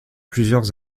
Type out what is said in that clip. plusieurs